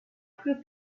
plus